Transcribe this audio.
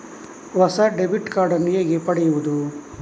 ಹೊಸ debit card ನ್ನು ಹೇಗೆ ಪಡೆಯುದು?